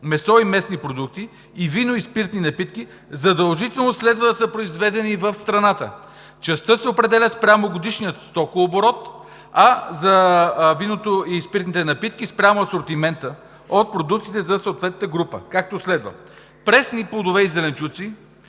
месо и месни продукти и вино и спиртни напитки, задължително следва да са произведени в страната. Частта се определя спрямо годишния стокооборот, а за виното и спиртните напитки - спрямо асортимента, от продуктите за съответната група, както следва: пресни плодове и зеленчуци,